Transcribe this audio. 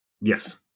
Yes